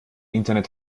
internet